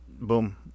boom